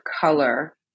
color